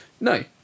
No